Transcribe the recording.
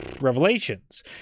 revelations